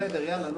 בסדר, יאללה.